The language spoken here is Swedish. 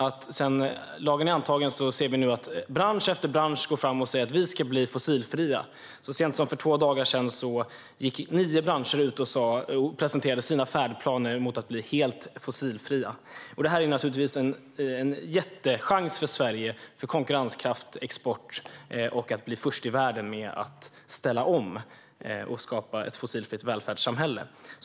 Sedan lagen antogs går nu bransch efter bransch fram och säger att de ska bli fossilfria. Så sent som för två dagar sedan gick nio branscher ut och presenterade sina färdplaner för att bli helt fossilfria. Det här är naturligtvis en jättechans för Sveriges konkurrenskraft, export och för att bli först i världen med att ställa om och skapa ett fossilfritt välfärdssamhälle.